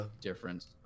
difference